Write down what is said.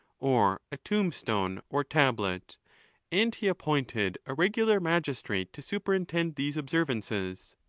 or a tomb-stone, or tablet and he appointed a regular magistrate to superintend these observances.